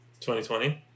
2020